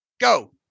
Go